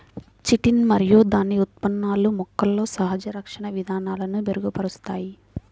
chitin మరియు దాని ఉత్పన్నాలు మొక్కలలో సహజ రక్షణ విధానాలను మెరుగుపరుస్తాయి